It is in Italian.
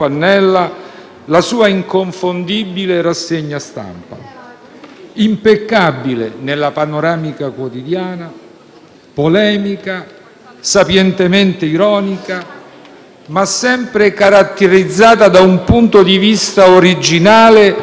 Impeccabile nella panoramica quotidiana, polemica, sapientemente ironica, ma sempre caratterizzata da un punto di vista originale, espresso talvolta con un necessario commento,